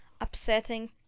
upsetting